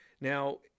Now